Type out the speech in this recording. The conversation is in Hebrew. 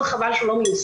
חבל מאוד שהוא לא מיושם.